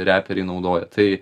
reperiai naudoja tai